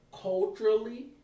culturally